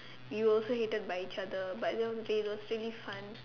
we also hated by each but that was okay it was really fun